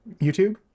youtube